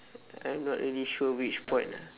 I'm not really sure which point ah